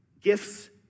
gifts